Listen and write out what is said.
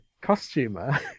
costumer